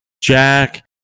Jack